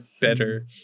better